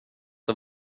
det